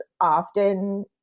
often